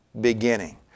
beginning